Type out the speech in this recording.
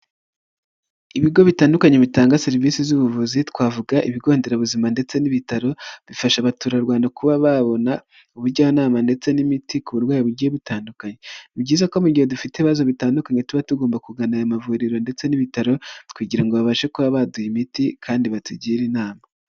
Ibigo bitandukanye bitanga serivisi z'ubuvuzi, twavuga ibigon nderabuzima ndetse n'ibitaro, bifasha abaturarwanda kuba babona ubujyanama ndetse n'imiti ku burwayi bugiye butandukanye, ni byiza ko mu gihe dufite ibibazo bitandukanye tuba tugomba kugana aya mavuriro ndetse n'ibitaro kugira ngo babashe kuba baduha imiti kandi batugire inama.